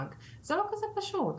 זה לא כזה פשוט.